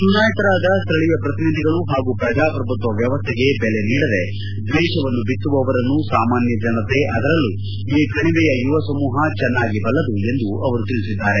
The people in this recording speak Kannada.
ಚುನಾಯಿತರಾದ ಸ್ಥಳೀಯ ಪ್ರತಿನಿಧಿಗಳು ಹಾಗೂ ಪ್ರಜಾಪ್ರಭುತ್ವ ವ್ಯವಸ್ಥೆಗೆ ಬೆಲೆ ನೀಡದೆ ದ್ವೇಷವನ್ನು ಬಿತ್ತುವವರನ್ನು ಸಾಮಾನ್ಯ ಜನತೆ ಅದರಲ್ಲೂ ಈ ಕಣಿವೆಯ ಯುವ ಸಮೂಹ ಚೆನ್ನಾಗಿ ಬಲ್ಲದು ಎಂದು ಅವರು ತಿಳಿಸಿದ್ದಾರೆ